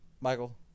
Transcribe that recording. Michael